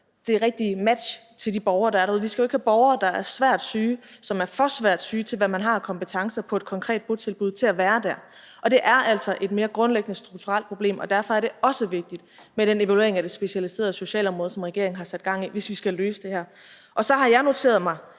det rigtige match til de borgere, der er derude, er afgørende. Vi skal jo ikke have borgere, der er svært syge, og som er for svært syge til at være på et konkret botilbud, i forhold til hvad man har af kompetencer dér, og det er altså et mere grundlæggende strukturelt problem, og derfor er det også vigtigt med den evaluering af det specialiserede socialområde, som regeringen har sat gang i, hvis vi skal løse det her. Og så har jeg noteret mig